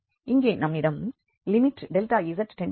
இங்கே நம்மிடம் z→0Re உள்ளது